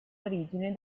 origine